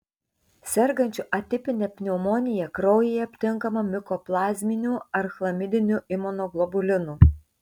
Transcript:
sergančių atipine pneumonija kraujyje aptinkama mikoplazminių ar chlamidinių imunoglobulinų